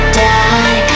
die